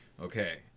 okay